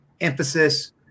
emphasis